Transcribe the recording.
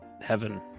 heaven